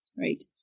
right